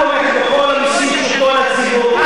את תומכת בכל המסים של כל הציבור.